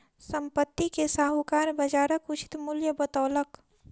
संपत्ति के साहूकार बजारक उचित मूल्य बतौलक